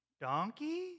donkey